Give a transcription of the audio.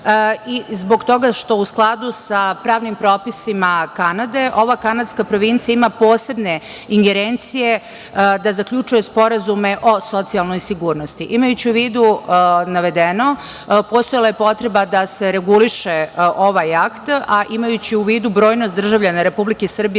i zbog toga što, u skladu sa pravnim propisima Kanade, ova kanadska provincija ima posebne ingerencije da zaključuje sporazume o socijalnoj sigurnosti. Imajući u vidu navedeno, postojala je potrebe da se reguliše ovaj akt. Imajući u vidu brojnost državljana Republike Srbije